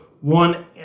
one